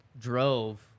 drove